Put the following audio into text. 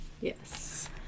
Yes